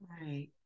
Right